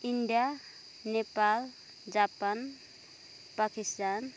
India Nepal Japan Pakistan